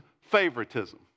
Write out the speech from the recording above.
favoritism